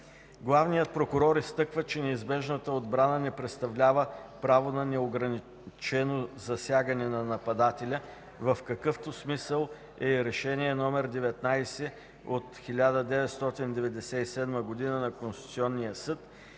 Главният прокурор изтъква, че неизбежната отбрана не представлява право на неограничено засягане на нападателя, в какъвто смисъл е и Решение № 19 от 1997 г. на Конституционния съд,